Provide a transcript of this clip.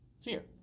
fear